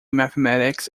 mathematics